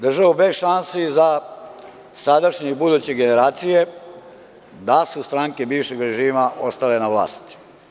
Državu bez šansi za sadašnje i buduće generacije, da su stranke bivšeg režima ostale bez vlasti.